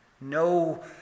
no